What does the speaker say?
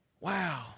Wow